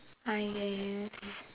ah ya ya ya ya